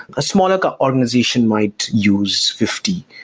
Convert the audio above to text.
a smaller organization might use fifty,